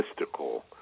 mystical